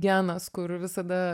genas kur visada